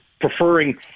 preferring